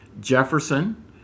Jefferson